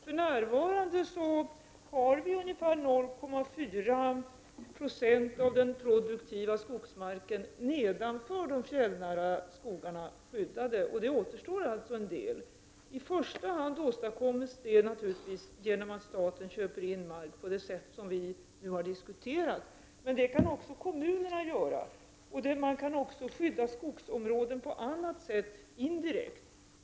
För närvarande är ungefär 0,4 Jo av den produktiva skogsmarken nedanför de fjällnära skogarna skyddad. Det återstår således en del. Detta åstadkommes naturligtvis i första hand genom att staten köper in mark på det sätt vi har diskuterat. Men även kommunerna kan göra detta. Skogsområden kan dessutom skyddas indirekt på andra sätt.